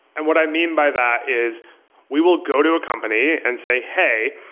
and what i mean by that is we will go to a company and say, hey,